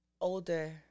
older